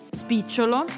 spicciolo